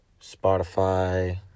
spotify